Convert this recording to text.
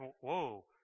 whoa